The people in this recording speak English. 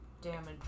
damage